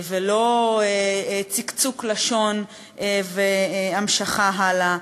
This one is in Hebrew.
ולא צקצוק לשון והמשך הלאה,